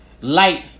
light